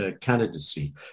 candidacy